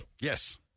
Yes